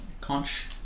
conch